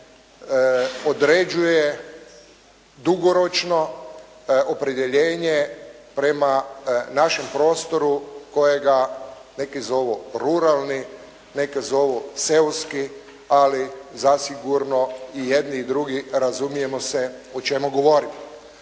tako određuje dugoročno opredjeljenje prema našem prostoru kojega neki zovu ruralni, neki zovu seoski, ali zasigurno i jedni i drugi razumijemo se o čemu govorimo.